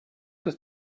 ist